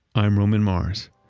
i'm roman mars.